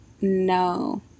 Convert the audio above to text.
no